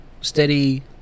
steady